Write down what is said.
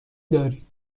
دارید